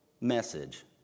message